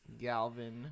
Galvin